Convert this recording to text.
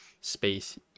space